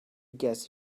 guess